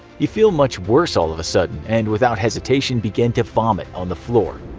you feel much worse all of a sudden, and without hesitation begin to vomit on the floor.